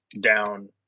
down